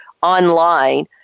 online